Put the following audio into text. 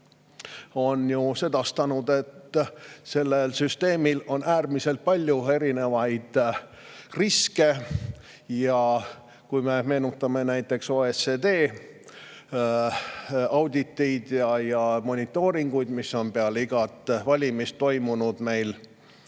on sedastanud, et sellel süsteemil on äärmiselt palju erinevaid riske. Meenutame näiteks OECD auditeid ja monitooringuid, mis on iga kord peale valimisi toimunud.